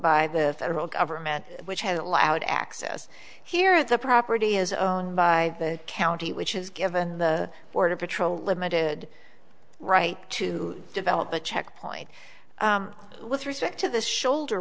by the federal government which has allowed access here it's a property is owned by the county which has given the border patrol a limited right to develop a checkpoint with respect to the shoulder